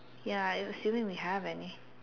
ya assuming we have any